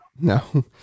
no